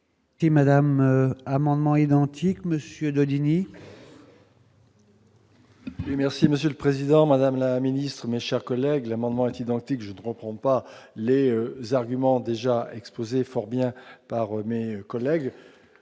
Et Madame amendements identiques Monsieur Daudigny. Merci Monsieur le Président, Madame la Ministre, mes chers collègues, l'amendement identique, je ne comprends pas les arguments déjà explosé fort bien par mais collègues